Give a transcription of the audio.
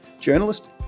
journalist